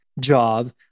job